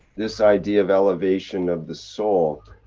this idea of elevation of the soul.